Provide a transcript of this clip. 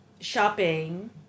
shopping